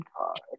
card